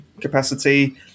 capacity